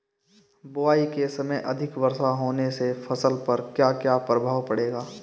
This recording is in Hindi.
बुआई के समय अधिक वर्षा होने से फसल पर क्या क्या प्रभाव पड़ेगा?